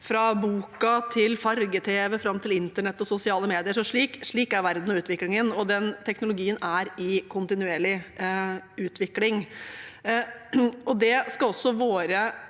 fra bok til farge-tv, fram til internett og sosiale medier. Slik er verden og utviklingen. Teknologien er i kontinuerlig utvikling. Det skal også våre